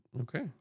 okay